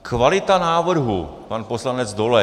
Kvalita návrhu pan poslanec Dolejš.